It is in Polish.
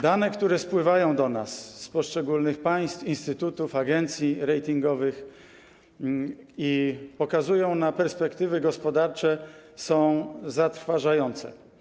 Dane, które napływają do nas z poszczególnych państw, instytutów, agencji ratingowych i które wskazują na perspektywy gospodarcze, są zatrważające.